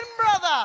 brother